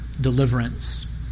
deliverance